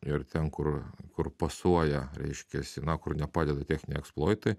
ir ten kur kur pasuoja reiškiasi na kur nepadeda tiek eksploitai